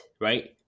right